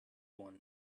one